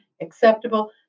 acceptable